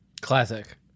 Classic